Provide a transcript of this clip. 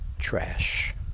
trash